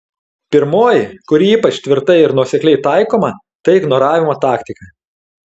pirmoji kuri yra ypač tvirtai ir nuosekliai taikoma tai ignoravimo taktika